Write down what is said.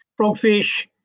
Frogfish